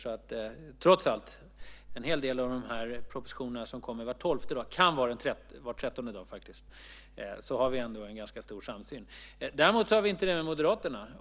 När det gäller en hel del av de propositioner som kommer var tolfte dag - det kan vara var trettonde dag! - har vi ändå en ganska stor samsyn. Däremot har vi inte det med Moderaterna.